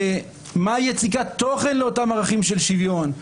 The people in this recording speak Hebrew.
מהי יציקת תוכן לאותם ערכים של שוויון?